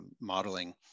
modeling